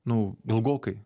nu ilgokai